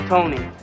Tony